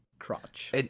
crotch